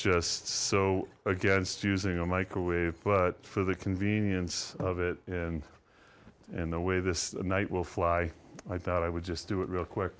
just so against using a microwave but for the convenience of it and the way this night will fly i thought i would just do it real quick